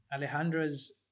Alejandra's